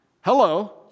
hello